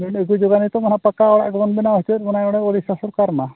ᱚᱱᱟ ᱯᱟᱠᱟ ᱚᱲᱟᱜ ᱜᱮᱵᱚᱱ ᱵᱮᱱᱟᱣ ᱦᱚᱪᱚᱭᱮᱫ ᱵᱚᱱᱟ ᱳᱰᱤᱥᱟ ᱥᱚᱨᱠᱟᱨ ᱢᱟ